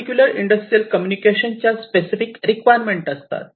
particular industrial communication च्या specific requirement असतात